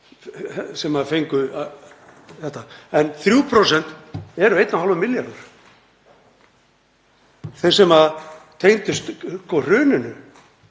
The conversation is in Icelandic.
sem fengu þetta, en 3% eru 1,5 milljarður. Þeir sem tengdust hruninu